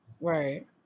Right